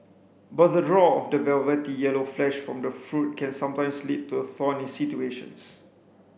but the draw of the velvety yellow flesh from the fruit can sometimes lead to thorny situations